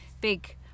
big